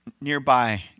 nearby